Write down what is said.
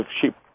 sheep